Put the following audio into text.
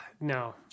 No